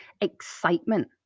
excitement